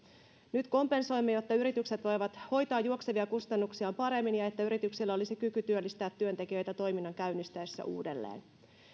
nyt kompensoimme jotta yritykset voivat hoitaa juoksevia kustannuksiaan paremmin ja jotta yrityksillä olisi kyky työllistää työntekijöitä toiminnan käynnistyessä uudelleen